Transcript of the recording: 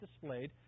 displayed